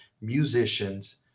Musicians